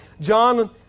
John